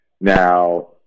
Now